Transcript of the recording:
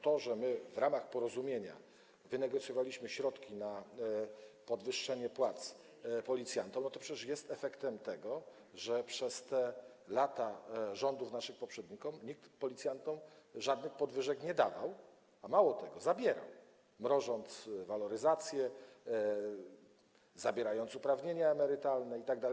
To, że my w ramach porozumienia wynegocjowaliśmy środki na podwyższenie policjantom płac, jest przecież efektem tego, że przez lata rządów naszych poprzedników nikt policjantom żadnych podwyżek nie dawał, mało tego, zabierał, mrożąc waloryzację, zabierając uprawnienia emerytalne itd.